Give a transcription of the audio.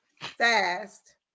fast